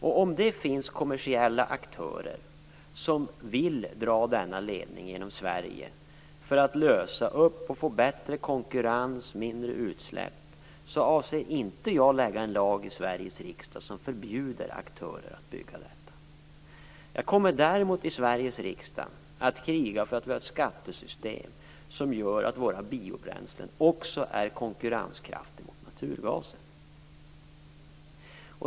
Om det finns kommersiella aktörer som vill dra denna ledning genom Sverige för att åstadkomma bättre konkurrens och mindre utsläpp, avser jag inte att lägga fram en lag i Sveriges riksdag som förbjuder aktörer att bygga den. Jag kommer däremot i Sveriges riksdag att strida för ett skattesystem som gör att våra biobränslen också blir konkurrenskraftiga mot naturgasen.